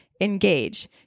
engage